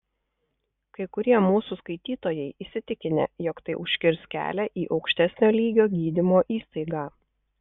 kai kurie mūsų skaitytojai įsitikinę jog tai užkirs kelią į aukštesnio lygio gydymo įstaigą